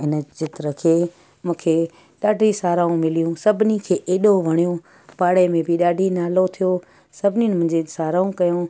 इन चित्र खे मूंखे ॾाढी साराहूं मिलियूं सभिनी खे एॾो वणियो पाड़े में बि ॾाढी नालो थियो सभिनीनि मुंहिंजे साराहूं कयूं